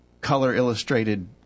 color-illustrated